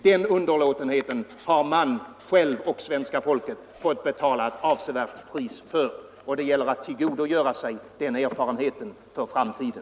Den underlåtenheten har han själv och svenska folket fått betala ett avsevärt pris för, och det gäller att tillgodogöra sig den erfarenheten för framtiden.